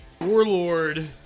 Warlord